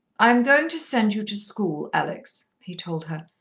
i am going to send you to school, alex, he told her.